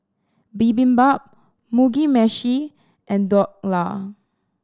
Bibimbap Mugi Meshi and Dhokla